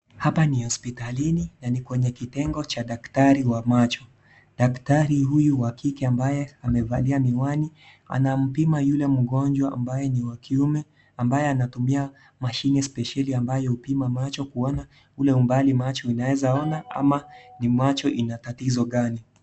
Hapa ni hospitalini na ni kwenye kitengo cha macho daktari huyu wa kike ambaye amevalia miwani anampima yule mgonjwa ambaye ni wa kiume ambaye anatumia mashine specieli ambayo hupima macho kuona ule umbali macho yanaweza ona ama macho yana tatizo gani.